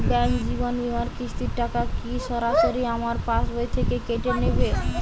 Bank জীবন বিমার কিস্তির টাকা কি সরাসরি আমার পাশ বই থেকে কেটে নিবে?